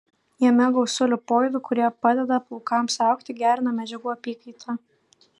jame gausu lipoidų kurie padeda plaukams augti gerina medžiagų apykaitą